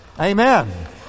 Amen